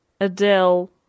Adele